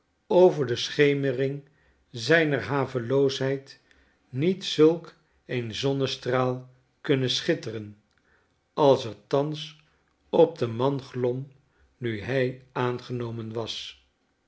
over de schemering zijner haveloosheid niet zulk een zonnestraal kunnen schitteren als er thans op den man glom nu hij aangenomen was